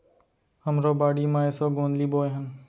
हमरो बाड़ी म एसो गोंदली बोए हन